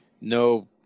no